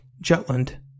Jutland